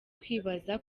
kwibaza